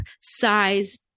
size